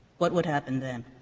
what would happen then?